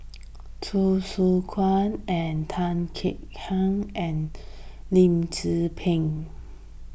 Hsu Tse Kwang and Tan Kek Hiang and Lim Tze Peng